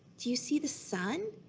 do you see the sun,